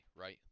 right